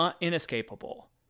inescapable